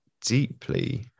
deeply